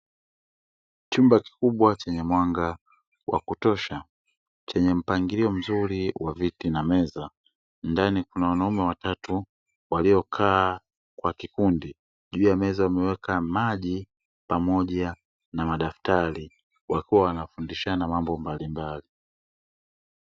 Chumba kikubwa chenye mwanga wa kutosha chenye mpangilio mzuri wa viti na meza, ndani kuna wanaume watatu waliokaa kwa kikundi juu ya meza wameweka maji pamoja na madaftari, wakiwa wanafundishana mambo mbalimbali.